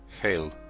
Hail